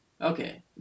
Okay